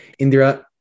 Indira